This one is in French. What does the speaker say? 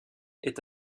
est